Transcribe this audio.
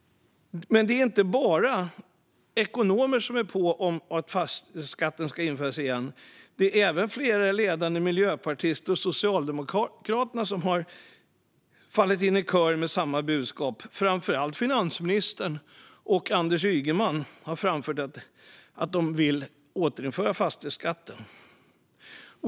Men det är inte bara ekonomer som är på om att fastighetsskatten ska införas igen. Även flera ledande miljöpartister och socialdemokrater har fallit in i kören med samma budskap. Framför allt finansministern och Anders Ygeman har framfört att de vill återinföra fastighetsskatten.